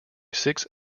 six